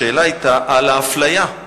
השאלה היתה על האפליה.